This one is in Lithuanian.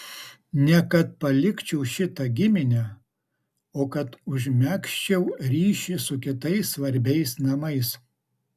ne kad palikčiau šitą giminę o kad užmegzčiau ryšį su kitais svarbiais namais